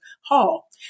Hall